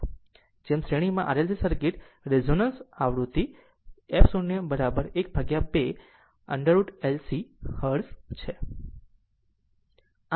જેમ શ્રેણીમાં RL C circuit resonant આવૃત્તિ f 012 pI√ L C hertz છે